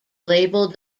label